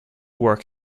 work